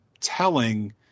telling